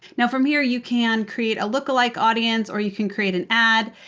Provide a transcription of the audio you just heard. now from here, you can create a look-alike audience or you can create an ad,